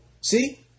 see